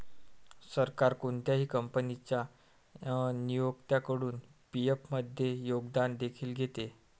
सरकार कोणत्याही कंपनीच्या नियोक्त्याकडून पी.एफ मध्ये योगदान देखील घेते